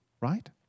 right